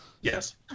Yes